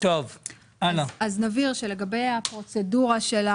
נבהיר שלגבי הפרוצדורה,